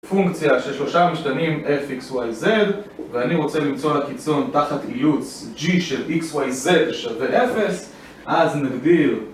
פונקציה של שלושה משתנים f, x, y, z ואני רוצה למצוא לה קיצון תחת אילוץ g של x, y, z שווה 0 אז נגדיר